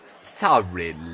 Sorry